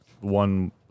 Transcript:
one